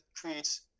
creates